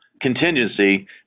contingency